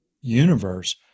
universe